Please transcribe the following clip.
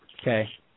okay